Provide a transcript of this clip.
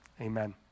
amen